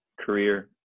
career